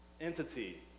entity